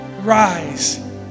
rise